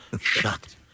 Shut